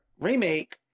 remake